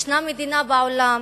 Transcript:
יש מדינה בעולם